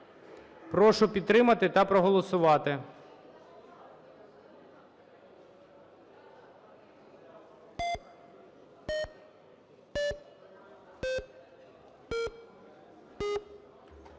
Прошу підтримати та проголосувати.